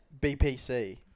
BPC